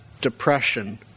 depression